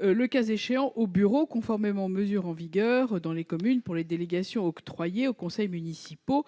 le cas échéant, au bureau, conformément aux mesures en vigueur dans les communes pour les délégations octroyées aux conseillers municipaux